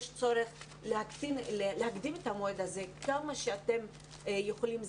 יש צורך להקדים את המועד הזה כמה שאתם יכולים.